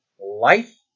life